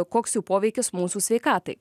koks jų poveikis mūsų sveikatai